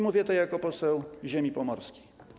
Mówię to jako poseł ziemi pomorskiej.